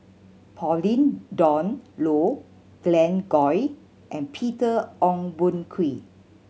Pauline Dawn Loh Glen Goei and Peter Ong Boon Kwee